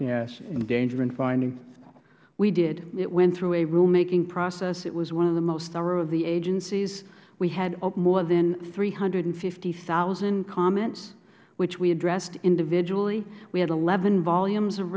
gas endangerment finding ms mccarthy we did it went through a rulemaking process it was one of the most thorough of the agencies we had more than three hundred and fifty thousand comments which we addressed individually we had eleven volumes of